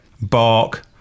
bark